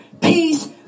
Peace